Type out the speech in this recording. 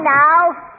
now